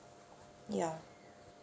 ya